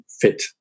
fit